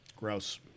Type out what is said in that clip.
Gross